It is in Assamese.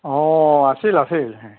অঁ আছিল আছিল